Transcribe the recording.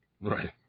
Right